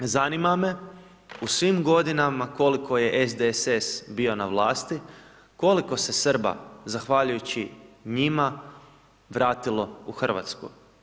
Zanima me, u svim godinama koliko je SDSS bio na vlasti, koliko se Srba zahvaljujući njima, vratilo u RH?